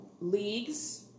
leagues